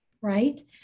right